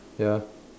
ya